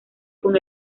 con